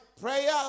prayer